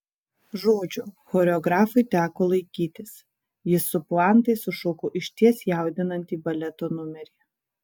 žodžio choreografui teko laikytis jis su puantais sušoko išties jaudinantį baleto numerį